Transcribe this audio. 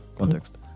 Context